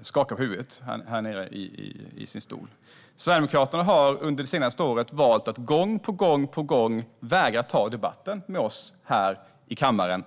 och skakar på huvudet. Sverigedemokraterna har nämligen en ny strategi. Under det senaste året har de gång på gång vägrat att ta debatten om arbetsmarknadspolitiken med oss här i kammaren.